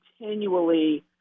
continually